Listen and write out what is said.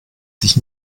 sich